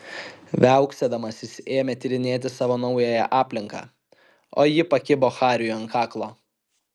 viauksėdamas jis ėmė tyrinėti savo naująją aplinką o ji pakibo hariui ant kaklo